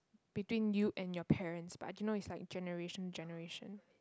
between you and your parents but I cannot use like generation generation